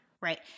Right